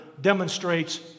demonstrates